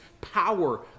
power